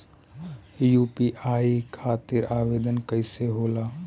UPI खातिर आवेदन कैसे होला?